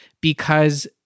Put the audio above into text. because-